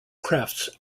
crafts